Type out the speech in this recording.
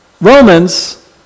Romans